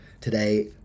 Today